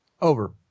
Over